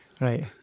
Right